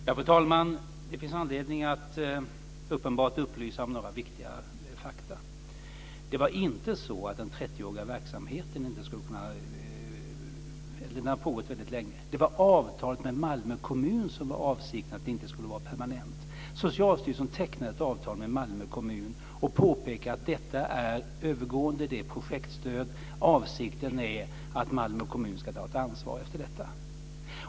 Fru talman! Uppenbart finns det anledning att upplysa om några viktiga fakta. Den här verksamheten har pågått väldigt länge men avsikten var att det var avtalet med Malmö kommun som inte skulle vara permanent. Socialstyrelsen tecknade avtal med Malmö kommun och påpekade att detta är övergående, att det är fråga om projektstöd och att avsikten är att Malmö kommun ska ta ett ansvar efter detta.